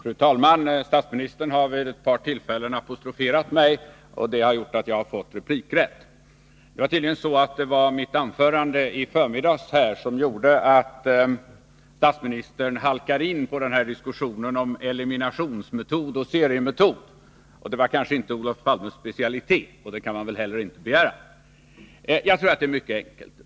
Fru talman! Statsministern har vid ett par tillfällen apostroferat mig, och det har gjort att jag har fått replikrätt. Det var tydligen mitt anförande i förmiddags som gjorde att statsministern halkade in på diskussionen om eliminationsmetoden och seriemetoden. Det var kanske inte Olof Palmes specialitet, och det kan man väl heller inte begära. Jag tror att det är mycket enkelt.